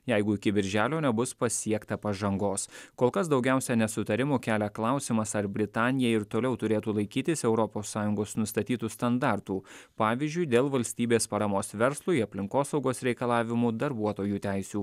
jeigu iki birželio nebus pasiekta pažangos kol kas daugiausia nesutarimų kelia klausimas ar britanija ir toliau turėtų laikytis europos sąjungos nustatytų standartų pavyzdžiui dėl valstybės paramos verslui aplinkosaugos reikalavimų darbuotojų teisių